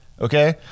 Okay